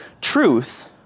truth